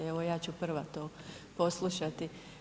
Evo ja ću prva to poslušati.